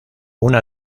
una